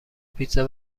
پیتزا